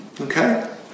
Okay